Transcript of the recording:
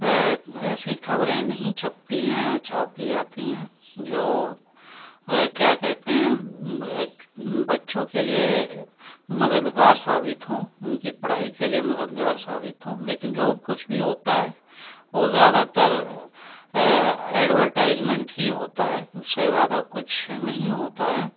ایسی خبریں نہیں چھپتی ہیں یا چھاپی جاتی ہیں جو کیا کہتے ہیں بچّوں کے لیے مددگار ثابت ہوں ان کی پڑھائی کے لیے مددگار ثابت ہوں لیکن جو کچھ بھی ہوتا ہے وہ زیادہ تر ایڈورٹائزمنٹ ہی ہوتا ہے اس سے زیادہ کچھ نہیں ہوتا ہے